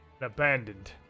abandoned